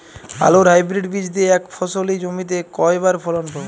আলুর হাইব্রিড বীজ দিয়ে এক ফসলী জমিতে কয়বার ফলন পাব?